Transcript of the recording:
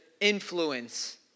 influence